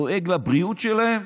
דואג לבריאות שלהם?